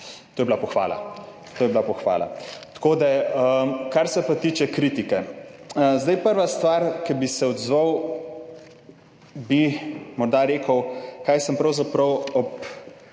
To je bila pohvala. Kar se pa tiče kritike, zdaj prva stvar, na katero bi se odzval, bi morda rekel, kaj sem pravzaprav ob